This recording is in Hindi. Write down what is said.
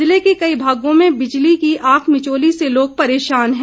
ज़िले के कई भागों में बिजली की आंख मिचौनी से लोग परेशान हैं